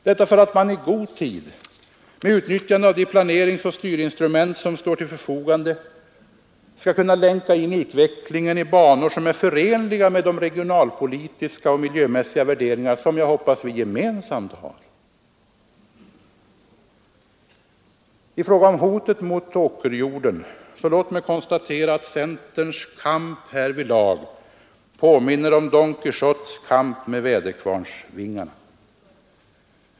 Detta för att man i god tid — med utnyttjande av de planeringsoch styrinstrument som står till förfogande — skall kunna länka in utvecklingen i banor som är förenliga med de regionalpolitiska och miljömässiga värderingar som jag hoppas vi gemensamt har. I fråga om hotet mot åkerjorden vill jag konstatera att centerns kamp härvidlag påminner om Don Quijotes kamp med väderkvarnsvingarna.